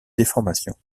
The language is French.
déformation